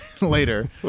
later